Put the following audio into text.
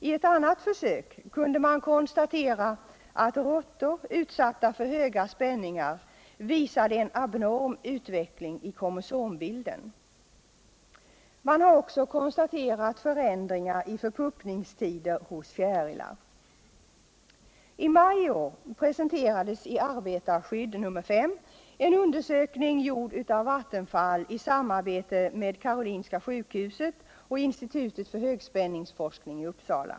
I ett annat försök kunde man konstatera att råttor som var utsatta för höga spänningar visade en abnorm utveckling i kromosombilden. Man har också konstaterat förändringar när det gäller förpuppningstider hos fjärilar. I maj i år presenterades i Arbetarskydd nr 5 en undersökning som gjorts av Vattenfall i samarbete med Karolinska sjukhuset och institutet för högspänningstorskning i Uppsala.